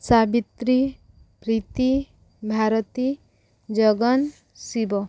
Savitri Preeti Bharati Jagan Shiva